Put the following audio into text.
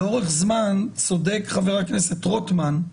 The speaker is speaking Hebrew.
לאורך זמן, צודק חבר הכנסת רוטמן,